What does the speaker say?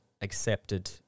accepted